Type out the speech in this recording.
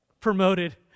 Promoted